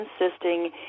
insisting